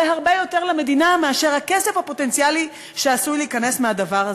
עולה הרבה יותר למדינה מהכסף הפוטנציאלי שעשוי להיכנס מהדבר הזה.